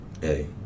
hey